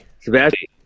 Sebastian